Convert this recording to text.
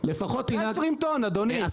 אדוני.